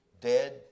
dead